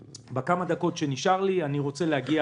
בדקות שנשארו לי אני רוצה להגיע